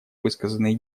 высказанные